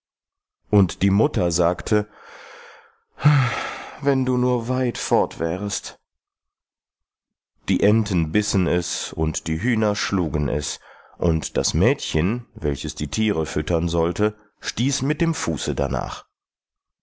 und die mutter sagte wenn du nur weit fort wärest die enten bissen es und die hühner schlugen es und das mädchen welches die tiere füttern sollte stieß mit dem fuße danach